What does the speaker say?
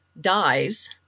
dies